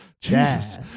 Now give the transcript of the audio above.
Jesus